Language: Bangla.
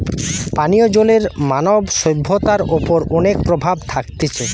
পানীয় জলের মানব সভ্যতার ওপর অনেক প্রভাব থাকতিছে